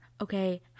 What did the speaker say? okay